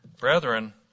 brethren